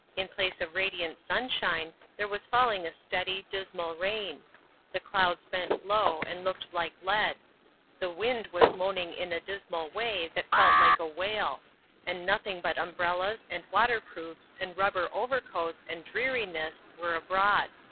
in place of radiant sunshine there was falling a steady, dismal rain the clouds bent low, and looked like lead the wind was moaning in a dismal way, that felt like a wail and nothing but umbrellas, and water-proofs, and rubber over-coats, and dreariness, were abroad.